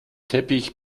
teppich